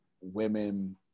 women